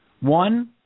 One